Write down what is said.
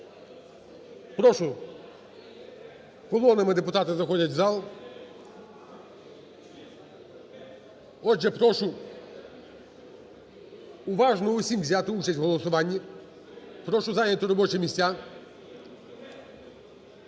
Прошу, колонами депутати заходять в зал. Отже, прошу уважно всім взяти участь у голосуванні, прошу зайняти робочі місця.